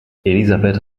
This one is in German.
elisabeth